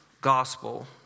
gospel